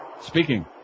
speaking